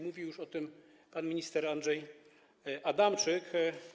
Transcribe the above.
Mówił już o tym pan minister Andrzej Adamczyk.